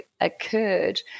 occurred